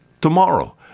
tomorrow